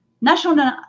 national